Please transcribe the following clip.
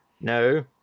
No